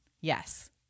Yes